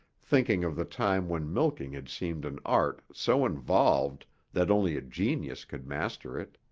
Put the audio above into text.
thinking of the time when milking had seemed an art so involved that only a genius could master it.